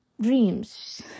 dreams